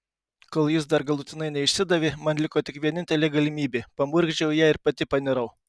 kol jis dar galutinai neišsidavė man liko tik vienintelė galimybė pamurkdžiau ją ir pati panirau